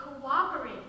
cooperate